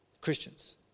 Christians